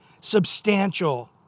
substantial